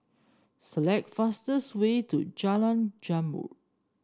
select fastest way to Jalan Zamrud